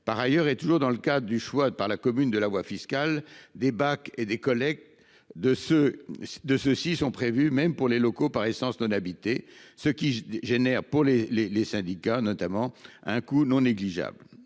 Par ailleurs, et toujours dans le cadre du choix par la commune de la voie fiscale, des bacs et collectes de déchets sont prévus même pour les locaux par essence non habités, ce qui entraîne un coût non négligeable,